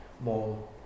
more